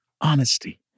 honesty